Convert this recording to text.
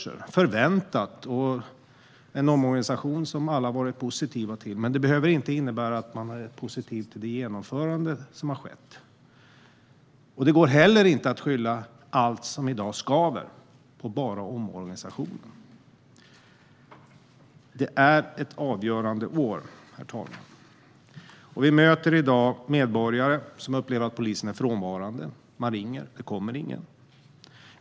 Det har varit förväntat, och det är en omorganisation som alla har varit positiva till. Men det behöver inte innebära att man är positiv till genomförandet. Det går heller inte att skylla allt som i dag skaver enbart på omorganisationen. Det är ett avgörande år, herr talman. Vi möter i dag medborgare som upplever att polisen är frånvarande. Man ringer. Det kommer ingen.